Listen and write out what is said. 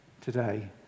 today